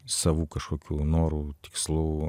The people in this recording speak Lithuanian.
savų kažkokių norų tikslų